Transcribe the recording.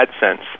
AdSense